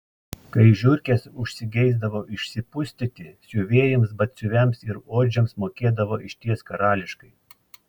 kai žiurkės užsigeisdavo išsipustyti siuvėjams batsiuviams ir odžiams mokėdavo išties karališkai